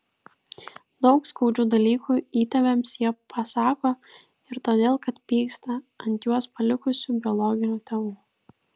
daug skaudžių dalykų įtėviams jie pasako ir todėl kad pyksta ant juos palikusių biologinių tėvų